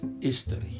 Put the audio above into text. history